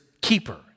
keeper